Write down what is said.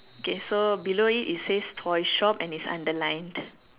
okay so below it it says toy shop and it's underlined